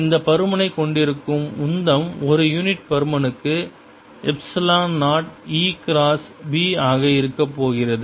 இந்த பருமனை கொண்டிருக்கும் உந்தம் ஒரு யூனிட் பருமனுக்கு எப்ஸிலான் 0 E கிராஸ் B ஆக இருக்கப்போகிறது